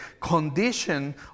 condition